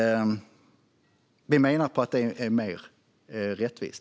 Vi menar att det är mer rättvist.